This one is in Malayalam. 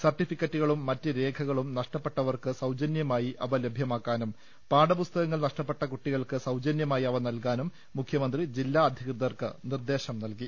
സർട്ടി ഫിക്കറ്റുകളും മറ്റ് രേഖകളും നഷ്ടപ്പെട്ടവർക്ക് സൌജന്യമായി അവ ലഭ്യമാക്കാനും പാഠപുസ്തകങ്ങൾ നഷ്ട്ടപ്പെട്ട കുട്ടികൾക്ക് സൌജന്യമായി അവ നൽകാനും മുഖ്യമന്ത്രി ജില്ലാ അധികൃതർക്ക് നിർദ്ദേശം നൽകി